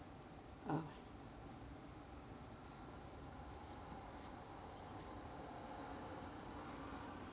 uh